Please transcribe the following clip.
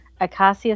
Acacia